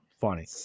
Funny